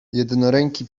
jednoręki